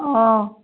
অঁ